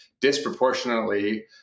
disproportionately